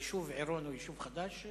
היישוב עירון הוא יישוב חדש?